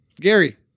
Gary